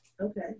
Okay